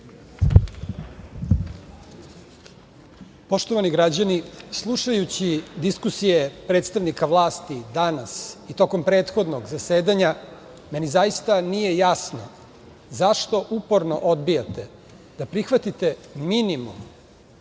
Poštovani građani, slušajući diskusije predstavnika vlasti danas i tokom prethodnog zasedanja, meni zaista nije jasno zašto uporno odbijate da prihvatite minimum